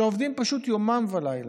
שעובדים פשוט יומם ולילה.